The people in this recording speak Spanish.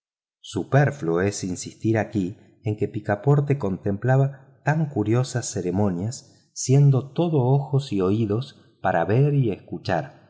superfluo es insistir aquí en qué ceremonias siendo todo ojos y oídos picaporte contemplaba tan curiosas ceremonias para ver y escuchar